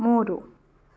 ಮೂರು